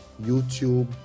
YouTube